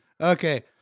Okay